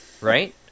Right